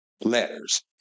letters